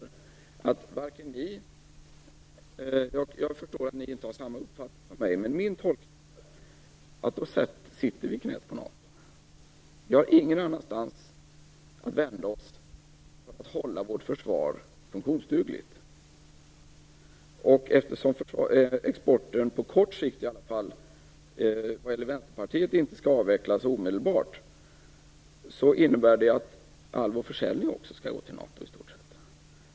Jag förstår att ni inte har samma uppfattning som jag. Men min tolkning är att då kommer vi att hamna i knät på NATO. Vi har ingen annanstans att vända oss för att kunna hålla vårt försvar funktionsdugligt. Eftersom exporten på kort sikt inte skall avvecklas - enligt Vänsterpartiet - kommer i stort sett också all vår försäljning att gå till NATO.